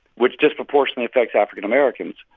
which disproportionately affects african americans,